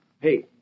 Hey